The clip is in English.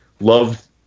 love